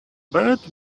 bird